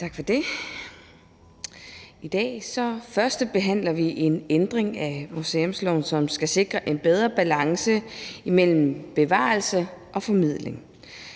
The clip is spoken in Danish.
Tak for det. I dag førstebehandler vi en ændring af museumsloven, som skal sikre en bedre balance mellem bevarelse og formidling.